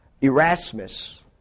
Erasmus